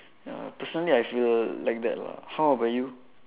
ya personally I feel like that lah how about you